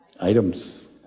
items